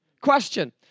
Question